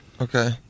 Okay